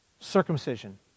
Circumcision